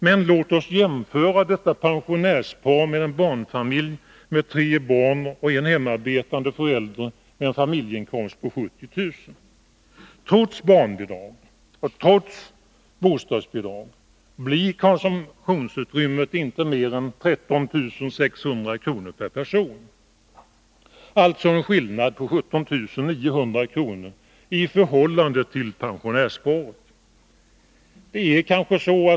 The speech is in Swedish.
Men låt oss jämföra detta pensionärspar med en barnfamilj med tre barn, en hemarbetande förälder och med en familjeinkomst på 70 000 kr. Trots barnbidrag och bostadsbidrag blir konsumtionsutrymmet inte mer än 13 600 kr. per person. Det är alltså en skillnad på 17 900 kr. i förhållande till pensionärsparet.